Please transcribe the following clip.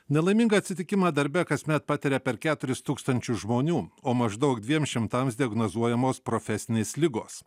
nelaimingą atsitikimą darbe kasmet patiria per keturis tūkstančius žmonių o maždaug dviem šimtams diagnozuojamos profesinės ligos